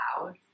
loud